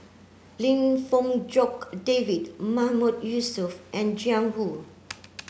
Lim Fong Jock David Mahmood Yusof and Jiang Hu